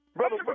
Brother